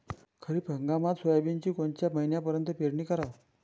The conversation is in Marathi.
खरीप हंगामात सोयाबीनची कोनच्या महिन्यापर्यंत पेरनी कराव?